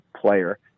player